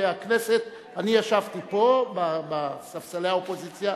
אני ישבתי פה בספסלי האופוזיציה.